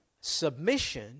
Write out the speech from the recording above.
submission